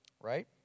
right